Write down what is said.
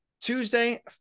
Tuesday